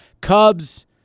Cubs